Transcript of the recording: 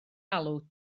alw